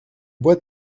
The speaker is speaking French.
bois